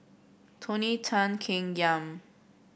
Tony Tan Keng Yam